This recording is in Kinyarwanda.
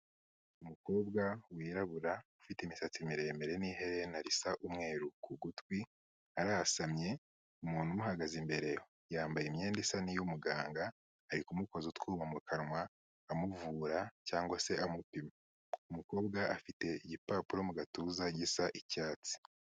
Umukobwa wirabura ufite imisatsi miremire n'iherena risa umweru ku gutwi, arasamye umuntu umuhagaze imbere yambaye imyenda isa n'iy'umuganga, ari kumukoza utwuma mu kanwa amuvura cyangwa se amupima. Umukobwa afite igipapuro mu gatuza gisa icyatsi.